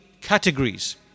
categories